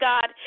God